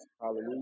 Hallelujah